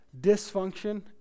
dysfunction